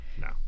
No